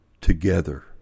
together